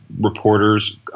reporters